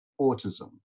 autism